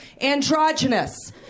androgynous